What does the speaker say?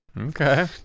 Okay